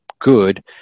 good